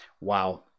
Wow